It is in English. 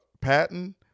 Patton